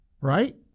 right